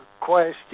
question